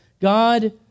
God